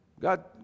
God